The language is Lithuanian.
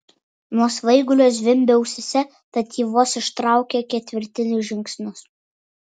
nuo svaigulio zvimbė ausyse tad ji vos ištraukė ketvirtinius žingsnius